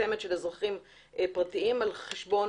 מצומצמת של אזרחים פרטיים על חשבון